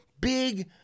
big